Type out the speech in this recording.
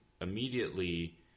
immediately